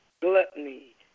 gluttony